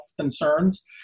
concerns